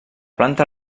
planta